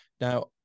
Now